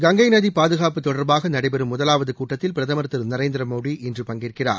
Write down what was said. கங்கை நதி பாதுகாப்பு தொடர்பாக நடைபெறும் முதலாவது கூட்டத்தில் பிரதமர் திரு நரேந்திர மோடி இன்று பங்கேற்கிறார்